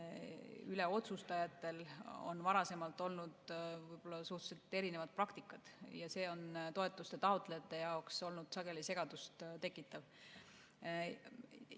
üle otsustajatel on varasemalt olnud suhteliselt erinevad praktikad, ja see on toetuste taotlejate jaoks olnud sageli segadust tekitav.